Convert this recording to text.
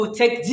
take